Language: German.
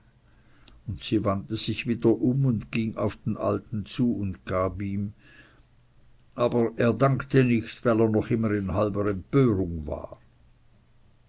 und sie wandte sich wieder um und ging auf den alten zu und gab ihm aber er dankte nicht weil er noch immer in halber empörung war